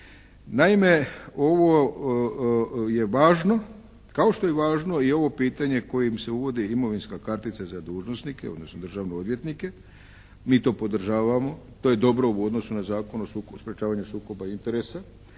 Naime, ovo je važno kao što je važno i ovo pitanje kojim se uvodi imovinska kartica za dužnosnike odnosno državne odvjetnike. Mi to podržavamo, to je dobro u odnosu na Zakon o sprječavanju sukoba interesa.